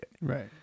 Right